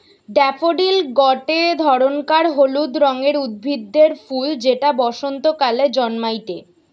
daffodil গটে ধরণকার হলুদ রঙের উদ্ভিদের ফুল যেটা বসন্তকালে জন্মাইটে